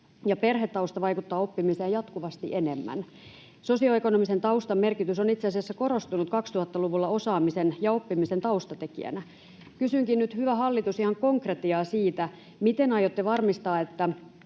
ja perhetausta vaikuttaa oppimiseen jatkuvasti enemmän. Sosioekonomisen taustan merkitys on itse asiassa korostunut 2000-luvulla osaamisen ja oppimisen taustatekijänä. Kysynkin nyt, hyvä hallitus, ihan konkretiaa: miten aiotte varmistaa, että